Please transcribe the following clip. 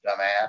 dumbass